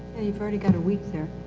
you've already got a week there.